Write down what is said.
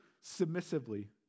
submissively